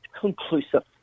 conclusive